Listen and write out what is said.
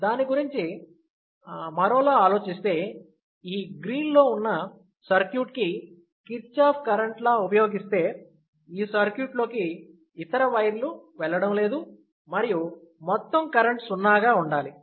దాని గురించి మరోలా ఆలోచిస్తే ఈ గ్రీన్ లో ఉన్న సర్క్యూట్ కి కిర్చాఫ్ కరెంట్ లా ఉపయోగిస్తే ఈ సర్క్యూట్లోకి ఇతర వైర్లు వెళ్లడం లేదు మరియు మొత్తం కరెంట్ సున్నాగా ఉండాలి